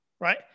right